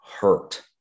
hurt